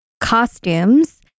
costumes